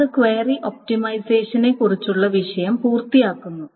അത് ക്വയറി ഒപ്റ്റിമൈസേഷനെക്കുറിച്ചുള്ള വിഷയം പൂർത്തിയാക്കുന്നു